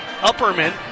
Upperman